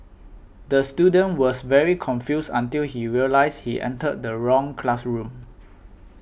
the student was very confused until he realised he entered the wrong classroom